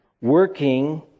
working